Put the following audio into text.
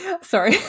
Sorry